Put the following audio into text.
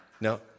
No